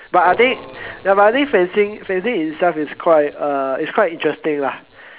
but I think ya but I think fencing fencing itself is quite uh is quite interesting lah